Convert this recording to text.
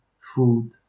food